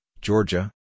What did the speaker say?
Georgia